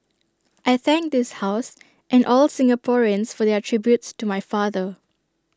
I thank this house and all Singaporeans for their tributes to my father